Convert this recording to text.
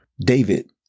David